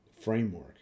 framework